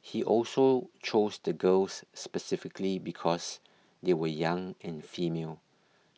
he also chose the girls specifically because they were young and female